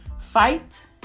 Fight